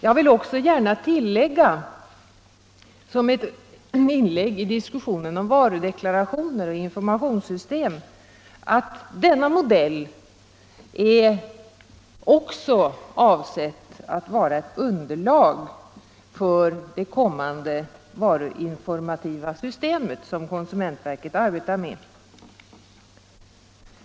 Jag vill också gärna tillägga, som ett inlägg i diskussionen om va Marknadsföringsrudeklarationer och informationssystem, att denna modell också är av = lag, m.m. sedd att vara ett underlag för det kommande varuinformativa system som konsumentverket arbetar med.